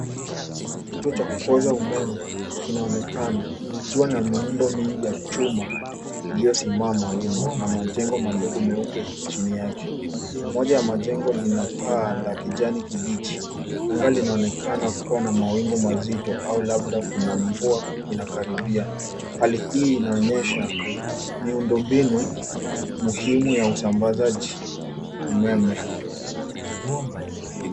Kituo cha kupoza umeme kinaonekana kikiwa na miundo mingi ya chuma iliyosimama wima na majengo madogo meupe chini yake. Moja la majengo lina paa la kijani kibichi, anga linaonekana kuwa na mawingu mazito au labda kuna mvua inakaribia. Hali hii inaonyesha miundo mbinu muhimu ya usambazaji umeme.